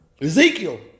Ezekiel